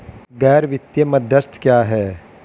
गैर वित्तीय मध्यस्थ क्या हैं?